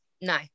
no